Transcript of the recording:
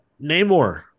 Namor